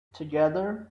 together